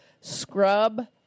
scrub